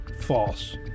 False